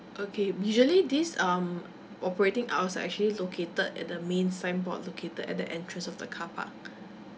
okay usually these um operating hours are actually located at the main signboards located at the entrance of the car park